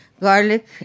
garlic